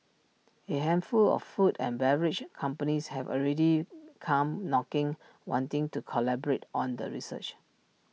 A handful of food and beverage companies have already come knocking wanting to collaborate on the research